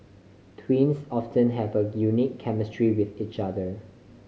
twins often have a unique chemistry with each other